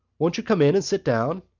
won't you come in and sit down?